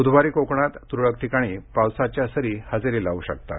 बूधवारी कोकणात तुरळक ठिकाणी पावसाच्या सरी हजेरी लावू शकतात